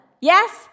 Yes